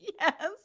Yes